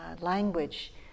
language